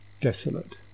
desolate